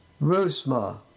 Rusma